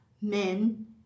men